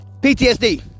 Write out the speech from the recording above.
PTSD